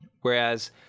Whereas